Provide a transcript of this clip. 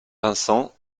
vincent